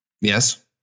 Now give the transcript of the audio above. Yes